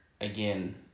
again